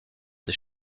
des